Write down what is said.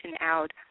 out